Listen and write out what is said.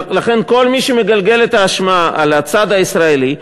לכן כל מי שמגלגל את האשמה על הצד הישראלי,